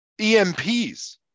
EMPs